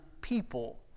people